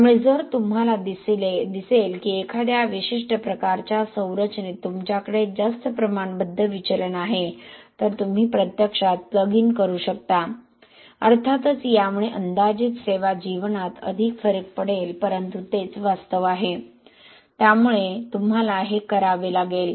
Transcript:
त्यामुळे जर तुम्हाला दिसले की एखाद्या विशिष्ट प्रकारच्या संरचनेत तुमच्याकडे जास्त प्रमाणबद्ध विचलन आहे तर तुम्ही प्रत्यक्षात प्लग इन करू शकता अर्थातच यामुळे अंदाजित सेवा जीवनात अधिक फरक पडेल परंतु तेच वास्तव आहे त्यामुळे त्यामुळे तुम्हाला हे करावे लागेल